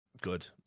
Good